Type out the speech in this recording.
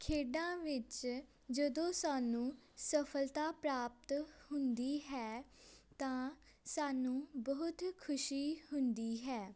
ਖੇਡਾਂ ਵਿੱਚ ਜਦੋਂ ਸਾਨੂੰ ਸਫਲਤਾ ਪ੍ਰਾਪਤ ਹੁੰਦੀ ਹੈ ਤਾਂ ਸਾਨੂੰ ਬਹੁਤ ਖੁਸ਼ੀ ਹੁੰਦੀ ਹੈ